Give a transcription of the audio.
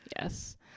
Yes